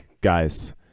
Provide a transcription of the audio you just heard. guys